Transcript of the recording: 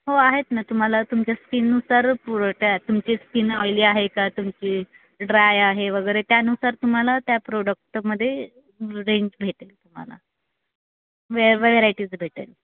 हो आहेत ना तुम्हाला तुमच्या स्किननुसार पुरटाय तुमची स्किन ऑईली आहे का तुमची ड्राय आहे वगैरे त्यानुसार तुम्हाला त्या प्रोडक्टमध्ये रेंज भेटेल तुम्हाला वे वेरायटीज भेटेल